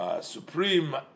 supreme